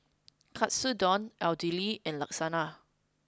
Katsudon Idili and Lasagna